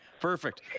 perfect